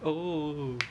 oh